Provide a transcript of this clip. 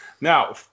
Now